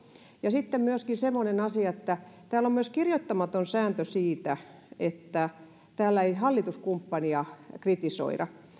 sitten on myöskin semmoinen asia että täällä on myös kirjoittamaton sääntö siitä että täällä ei hallituskumppania kritisoida